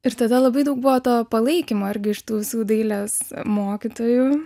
ir tada labai daug buvo to palaikymo irgi iš tų visų dailės mokytojų